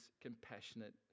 compassionate